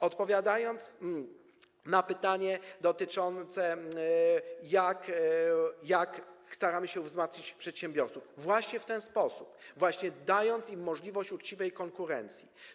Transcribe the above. Odpowiadając na pytanie dotyczące tego, jak staramy się wzmacniać przedsiębiorców, powiem, że właśnie w ten sposób, właśnie dając im możliwość uczciwej konkurencji.